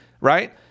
right